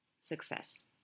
success